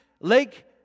lake